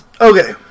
Okay